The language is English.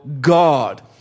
God